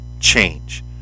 change